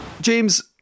James